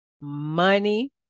money